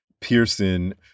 Pearson